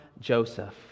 Joseph